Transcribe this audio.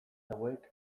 hauek